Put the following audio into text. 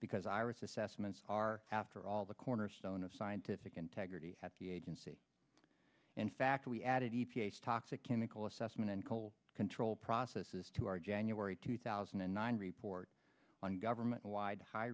because iris assessments are after all the cornerstone of scientific integrity happy agency in fact we added e p a s toxic chemical assessment and coal control processes to our january two thousand and nine report on government wide high